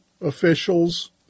officials